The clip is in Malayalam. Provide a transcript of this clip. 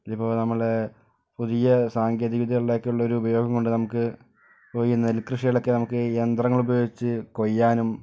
ഇനിയിപ്പോൾ നമ്മുടെ പുതിയ സാങ്കേതിക വിദ്യകളുടെ ഒക്കെ ഉള്ളൊരു ഉപയോഗം കൊണ്ട് നമക്ക് ഇപ്പോൾ ഈ നെൽകൃഷികൾ ഒക്കെ നമുക്ക് ഈ യന്ത്രങ്ങൾ ഉപയോഗിച്ച് കൊയ്യാനും